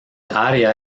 área